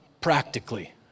practically